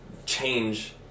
change